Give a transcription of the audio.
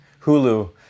Hulu